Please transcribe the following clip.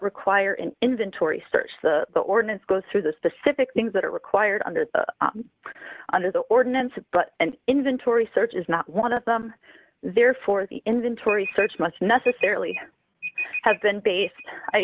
require an inventory search the ordinance goes through the specific things that are required under the under the ordinance but an inventory search is not one of them therefore the inventory search must necessarily have been base